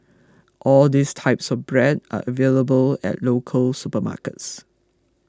all these types of bread are available at local supermarkets